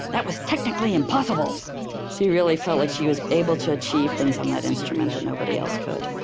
that was technically impossible so he really felt like she was able to achieve things on that instrument that nobody else could